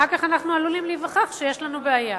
אחר כך אנחנו עלולים להיווכח שיש לנו בעיה.